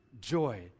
joy